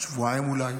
שבועיים אולי,